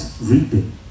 reaping